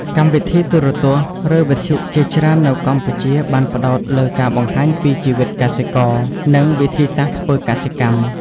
កម្មវិធីទូរទស្សន៍ ឬវិទ្យុជាច្រើននៅកម្ពុជាបានផ្តោតលើការបង្ហាញពីជីវិតកសិករ និងវិធីសាស្ត្រធ្វើកសិកម្ម។